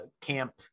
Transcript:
camp